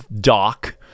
doc